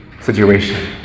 situation